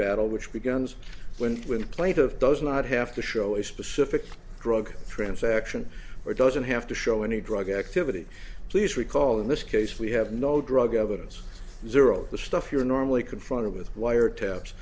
battle which begins when when a plate of does not have to show a specific drug transaction or doesn't have to show any drug activity please recall in this case we have no drug evidence zero the stuff you're normally confronted with wire tap